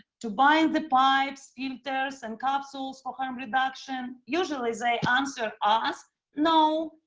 to buying the pipes, filters and capsules for harm-reduction. usually they answer us no,